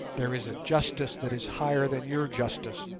there is a justice that is higher than your justice.